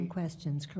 questions